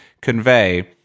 convey